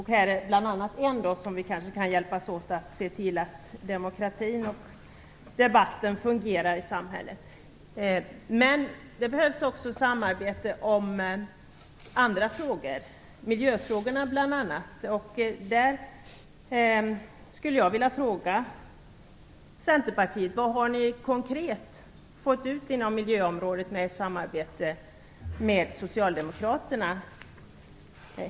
Här är en fråga där vi kanske kan hjälpas åt med att se till att demokratin och debatten fungerar i samhället. Det behövs också samarbete om andra frågor - miljöfrågorna bl.a. Jag skulle vilja fråga Centerpartiet vad man konkret har fått ut inom miljöområdet av samarbetet med Socialdemokraterna.